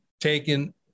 taken